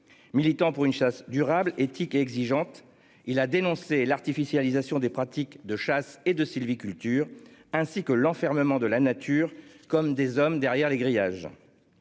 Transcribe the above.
Militant pour une chasse durable éthique exigeante. Il a dénoncé l'artificialisation des pratiques de chasse et de sylviculture ainsi que l'enfermement de la nature comme des hommes derrière les grillages.